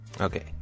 Okay